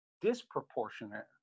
disproportionate